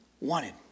wanted